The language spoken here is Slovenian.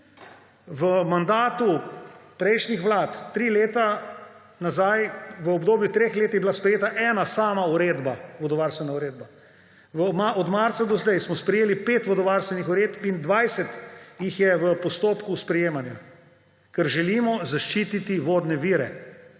V mandatu prejšnji vlad v obdobju treh let je bila sprejeta ena sama vodovarstvena uredba. Od marca do zdaj smo sprejeli pet vodovarstvenih uredb in 20 jih je v postopku sprejemanja, ker želimo zaščititi vodne vire,